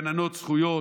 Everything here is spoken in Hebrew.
לא מגיע לגננות זכויות,